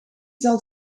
zal